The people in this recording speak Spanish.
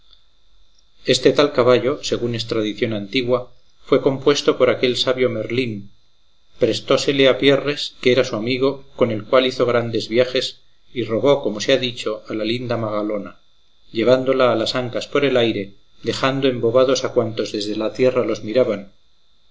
este tal caballo según es tradición antigua fue compuesto por aquel sabio merlín prestósele a pierres que era su amigo con el cual hizo grandes viajes y robó como se ha dicho a la linda magalona llevándola a las ancas por el aire dejando embobados a cuantos desde la tierra los miraban